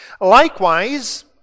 Likewise